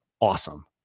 awesome